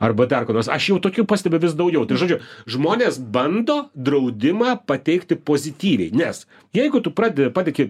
arba dar ko nors aš jau tokių pastebiu vis daugiau tai žodžiu žmonės bando draudimą pateikti pozityviai nes jeigu tu pradedi patiki